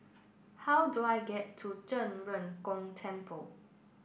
how do I get to Zhen Ren Gong Temple